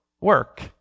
work